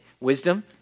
Wisdom